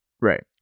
Right